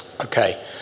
Okay